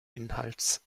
inhalts